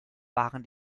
waren